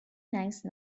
nice